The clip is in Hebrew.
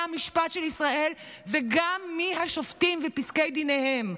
המשפט של ישראל וגם מהשופטים ופסקי הדין שלהם.